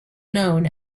known